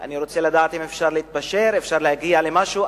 אני רוצה לדעת אם אפשר להתפשר, אפשר להגיע למשהו.